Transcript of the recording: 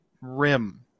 rim